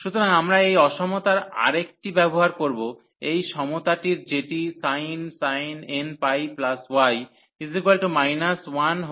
সুতরাং আমরা এই অসমতার আরেকটি ব্যবহার করব এই সমতাটির যেটি sin nπy 1nsin y